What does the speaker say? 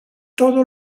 todo